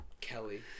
Kelly